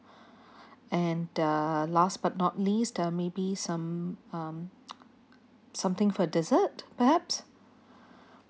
and the last but not least uh maybe some um something for dessert perhaps